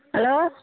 hello